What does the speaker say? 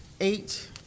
eight